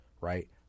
right